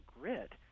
grit